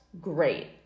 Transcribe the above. great